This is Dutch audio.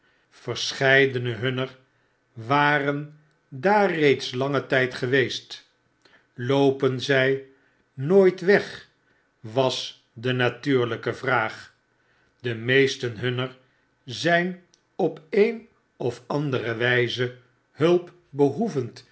verscheidene hunner waren daar reeds langen tijd geweest loopen z j nooit weg was de natuurlpe vraag de meesten hunner zijn op een of andere wjjze hulpbehoevend